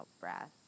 breath